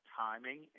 timing